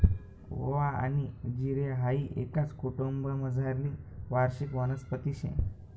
ओवा आनी जिरे हाई एकाच कुटुंबमझारली वार्षिक वनस्पती शे